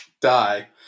die